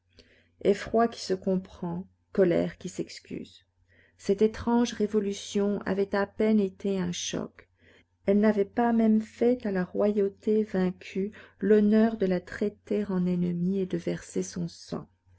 effroi qui se comprend colère qui s'excuse cette étrange révolution avait à peine été un choc elle n'avait pas même fait à la royauté vaincue l'honneur de la traiter en ennemie et de verser son sang